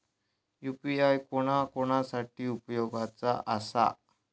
UPI कोणा कोणा साठी उपयोगाचा आसा?